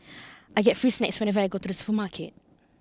I get free snacks whenever I go to the supermarket